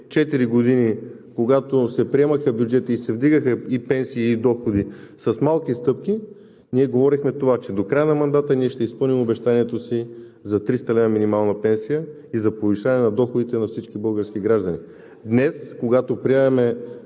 години, когато се приемаха бюджети и се вдигаха и пенсии, и доходи с малки стъпки, ние говорехме това – че до края на мандата ще изпълним обещанието си за 300 лв. минимална пенсия и за повишаване на доходите на всички български граждани. Днес, когато приемаме